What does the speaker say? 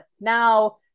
Now